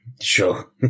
Sure